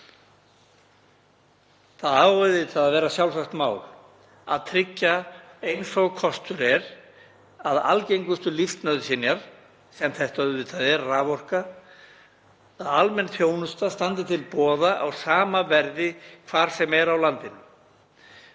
Það á auðvitað að vera sjálfsagt mál að tryggja eins og kostur er að algengustu lífsnauðsynjar, sem þetta auðvitað er, raforka, að almenn þjónusta standi til boða á sama verði hvar sem er á landinu.